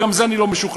וגם בזה אני לא משוכנע.